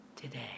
today